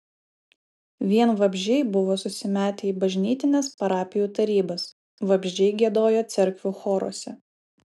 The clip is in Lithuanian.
vien vabzdžiai buvo susimetę į bažnytines parapijų tarybas vabzdžiai giedojo cerkvių choruose